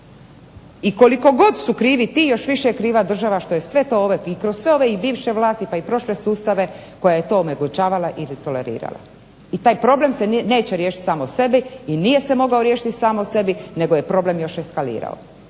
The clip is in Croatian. I koliko god su krivi ti još više je kriva država što je sve to ove, i kroz sve ove i bivše vlasti pa i prošle sustave koja je to omogućavala ili tolerirala. I taj problem se neće riješiti sam od sebe i nije se mogao riješiti sam od sebe nego je problem još eskalirao.